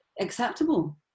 acceptable